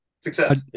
Success